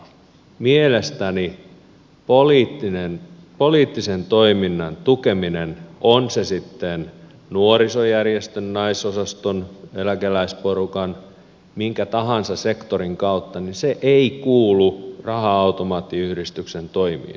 mielestäni poliittisen toiminnan tukeminen on se sitten nuorisojärjestön naisosaston eläkeläisporukan minkä tahansa sektorin kautta ei kuulu raha automaattiyhdistyksen toimiin